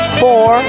four